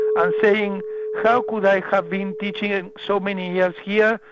and saying how could i have been teaching so many years here,